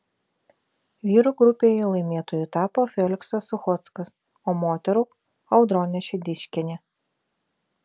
vyrų grupėje laimėtoju tapo feliksas suchockas o moterų audronė šidiškienė